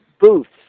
booths